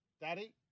Daddy